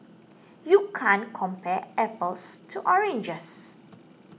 you can't compare apples to oranges